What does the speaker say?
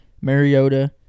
Mariota